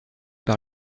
par